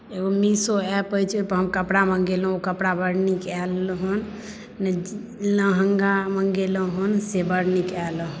एगो मीशो ऐप अछि ओहिपर हम कपड़ा मङ्गेलहुँ ओ कपड़ा बड़ नीक आयल हेँ लहँगा मङ्गेलहुँ हेँ से बड़ नीक आयल हेँ